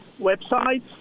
websites